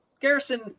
Garrison